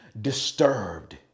disturbed